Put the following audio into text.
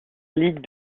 ligue